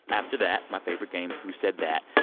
after that, my favorite game, who said that?